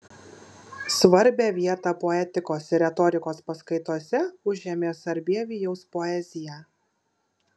svarbią vietą poetikos ir retorikos paskaitose užėmė sarbievijaus poezija